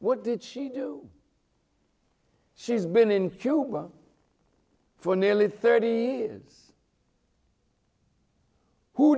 what did she do she's been in cuba for nearly thirty years who